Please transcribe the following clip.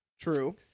True